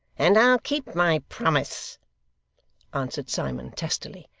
and i'll keep my promise answered simon, testily.